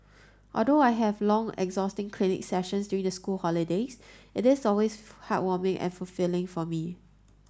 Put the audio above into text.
although I have long exhausting clinic sessions during the school holidays it is always heartwarming and fulfilling for me